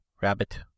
rabbit